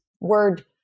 word